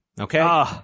Okay